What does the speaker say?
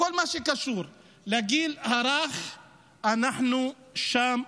בכל מה שקשור לגיל הרך אנחנו שם.